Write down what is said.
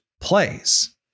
plays